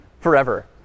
forever